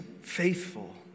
faithful